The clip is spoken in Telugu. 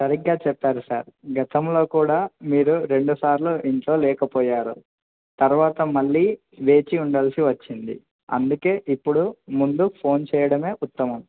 సరిగ్గా చెప్పారు సార్ గతంలో కూడా మీరు రెండు సార్లు ఇంట్లో లేకపోయారు తర్వాత మళ్ళీ వేచి ఉండల్సి వచ్చింది అందుకే ఇప్పుడు ముందు ఫోన్ చేయడమే ఉత్తమం